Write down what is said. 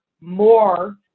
more